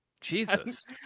Jesus